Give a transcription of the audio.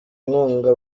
inkunga